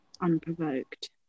unprovoked